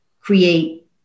create